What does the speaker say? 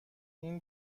این